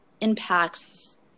impacts